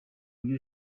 buryo